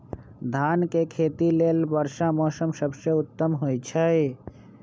धान के खेती लेल वर्षा मौसम सबसे उत्तम होई छै